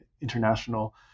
international